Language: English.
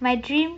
my dream